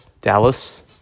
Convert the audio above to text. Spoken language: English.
Dallas